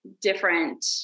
different